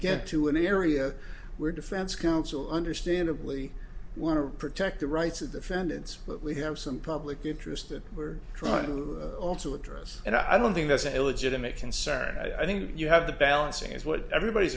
get to an area where defense counsel understandably want to protect the rights of defendants but we have some public interest that we're trying to also address and i don't think that's a legitimate concern i think you have the balancing is what everybody's